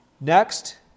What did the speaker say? next